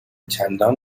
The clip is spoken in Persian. چندان